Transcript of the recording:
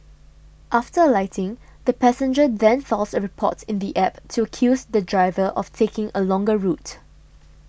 after alighting the passenger then files a report in the app to accuse the driver of taking a longer route